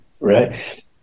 right